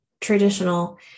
traditional